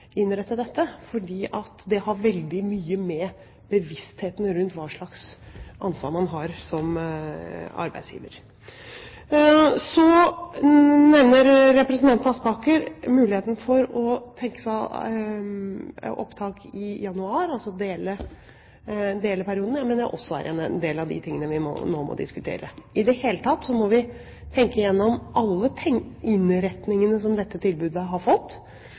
innrette dette, for det har veldig mye å gjøre med bevisstheten rundt hva slags ansvar man har som arbeidsgiver. Så nevner representanten Aspaker muligheten et opptak i januar, altså å dele perioden. Det mener jeg også er en del av de tingene vi nå må diskutere. I det hele tatt må vi tenke gjennom alle innretningene som dette tilbudet har fått,